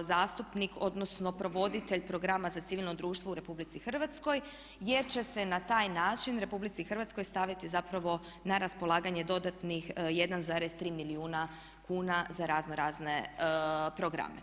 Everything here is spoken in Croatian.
zastupnik odnosno provoditelj programa za civilno društvo u Republici Hrvatskoj jer će se na taj način Republici Hrvatskoj staviti zapravo na raspolaganje dodatnih 1,3 milijuna kuna za raznorazne programe.